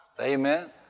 Amen